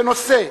בנושא: